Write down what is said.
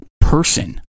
person